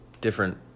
different